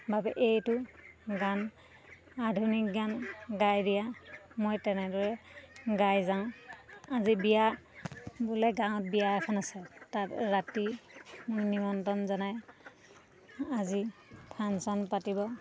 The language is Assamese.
বাবে এইটো গান আধুনিক গান গাই দিয়া মই তেনেদৰে গাই যাওঁ আজি বিয়া বোলে গাঁৱত বিয়া এখন আছে তাত ৰাতি নিমন্ত্ৰণ জনাই আজি ফাংচন পাতিব